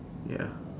ya